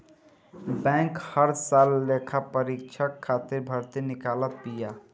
bank हर साल लेखापरीक्षक खातिर भर्ती निकालत बिया